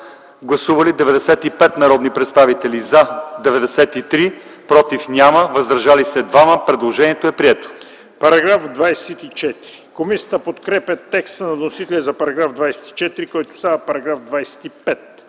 Гласували 89 народни представители: за 88, против няма, въздържал се 1. Предложението е прието,